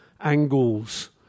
angles